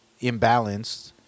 imbalanced